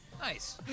Nice